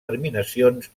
terminacions